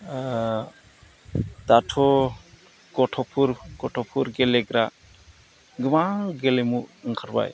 दाथ' गथ'फोर गथ'फोर गेलेग्रा गोबां गेलेमु ओंखारबाय